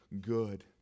good